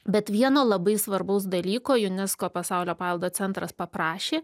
bet vieno labai svarbaus dalyko unesco pasaulio paveldo centras paprašė